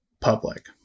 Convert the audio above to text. public